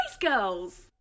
Girls